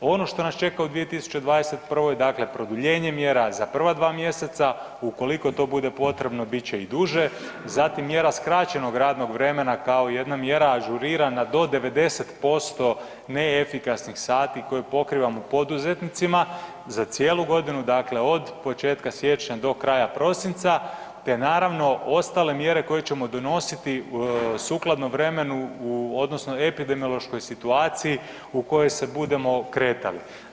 Ono što nas čeka u 2021., dakle produljenje mjera za prva dva mjeseca, ukoliko to bude potrebno, bit će i duže, zatim mjera skraćenog radnog vremena kao jedna mjera ažurirana do 90% ne efikasnih sati koje pokrivamo poduzetnicima za cijelu godinu, dakle od početka siječnja do kraja prosinca te naravno, ostale mjere koje ćemo donositi sukladno vremenu odnosno epidemiološkoj situaciji u kojoj se bude kretali.